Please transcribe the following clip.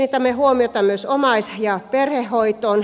kiinnitämme huomiota myös omais ja perhehoitoon